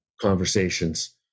conversations